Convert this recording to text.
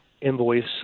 invoice